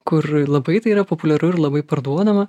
kur labai tai yra populiaru ir labai parduodama